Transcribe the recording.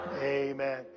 Amen